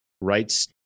rights